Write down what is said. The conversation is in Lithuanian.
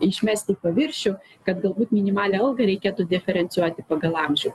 išmesti į paviršių kad galbūt minimalią algą reikėtų diferencijuoti pagal amžių